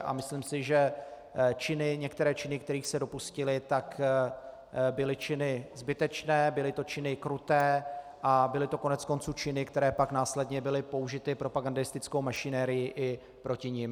A myslím si, že některé činy, kterých se dopustili, byly činy zbytečné, byly to činy kruté a byly to koneckonců činy, které pak následně byly použity propagandistickou mašinérií i proti nim.